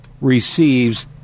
receives